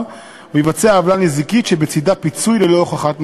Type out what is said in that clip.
ויבצע עוולה נזיקית שבצדה פיצוי ללא הוכחת נזק.